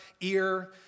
ear